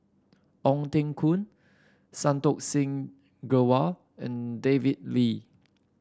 Ong Teng Koon Santokh Singh Grewal and David Lee